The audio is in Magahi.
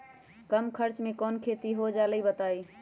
कम खर्च म कौन खेती हो जलई बताई?